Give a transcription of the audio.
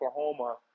Oklahoma